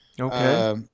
Okay